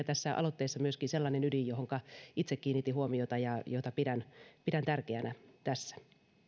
tässä aloitteessa myöskin sellainen ydin johonka itse kiinnitin huomiota ja jota pidän pidän tärkeänä